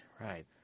Right